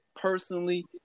personally